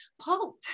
Paul